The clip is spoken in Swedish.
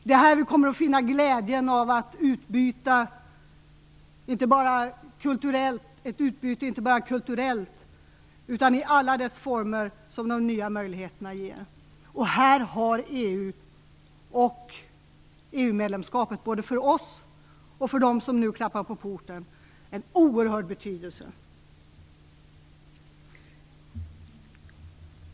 Det är här vi kommer att finna glädjen, inte bara i ett utbyte kulturellt utan i ett utbyte i alla dess former, som de nya möjligheterna ger. Här har EU och EU-medlemskapet, både för oss och för dem som nu klappar på porten, en oerhörd betydelse.